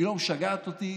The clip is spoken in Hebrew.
היא לא משגעת אותי,